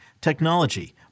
technology